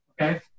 Okay